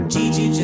Gigi